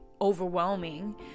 overwhelming